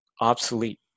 obsolete